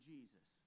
Jesus